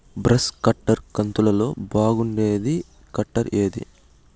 Brush cutter కంతులలో బాగుండేది cutter ఏది?